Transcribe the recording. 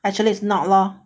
actually is not lor